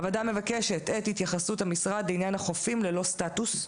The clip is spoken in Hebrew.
הוועדה מבקשת את התייחסות המשרד לעניין החופים ללא סטטוס.